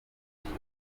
gusa